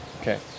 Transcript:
Okay